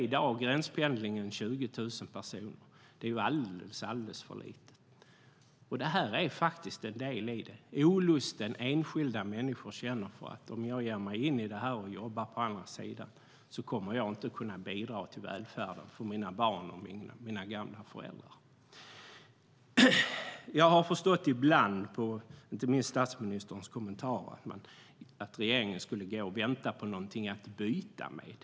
I dag är det 20 000 personer som gränspendlar. Det är alldeles för lite. En del av det beror på den olust som enskilda människor känner. Om de ger sig in i detta och jobbar på andra sidan kommer de inte att kunna bidra till välfärden för sina barn och sina gamla föräldrar. Av inte minst statsministerns kommentarer har jag förstått att regeringen går och väntar på någonting att byta med.